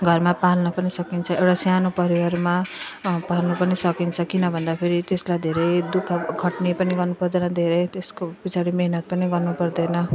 घरमा पाल्न पनि सकिन्छ एउटा सानो परिवारमा पाल्नु पनि सकिन्छ किन भन्दाफेरि त्यसलाई धेरै दुःख खट्नी पनि गर्नु पर्दैन धेरै त्यसको पछाडि मेहनत पनि गर्नु पर्दैन